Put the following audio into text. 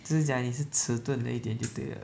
就是讲你是迟钝了一点就对了